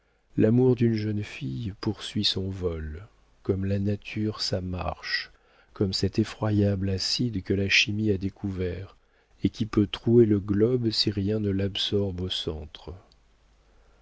l'amour d'une jeune fille poursuit son vol comme la nature sa marche comme cet effroyable acide que la chimie a découvert et qui peut trouer le globe si rien ne l'absorbe